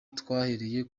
twahereye